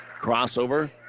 Crossover